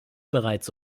bereits